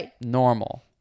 normal